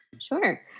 Sure